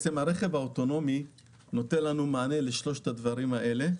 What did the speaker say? הרכב האוטונומי נותן מענה לשלושת הדברים האלה.